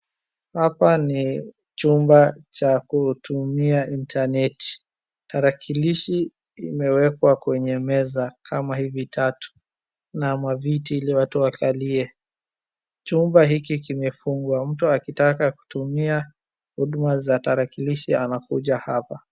Hapa ni chumba cha kutumia inaneti. Tarakilishi imewekwa kwenye meza kama hivi tatu na maviti ili watu wakalie. Chumba hiki kimefungwa. Mtu akitaka kutumia huduma za tarakilishi anakuja hapa.